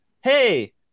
hey